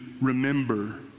remember